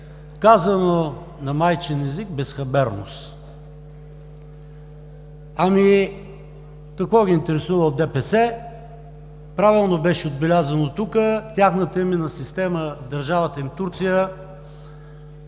казано на майчин език – безхаберност. Какво ги интересува от ДПС? Правилно беше отбелязано тук – тяхната именна система в държавата им Турция